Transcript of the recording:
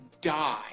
die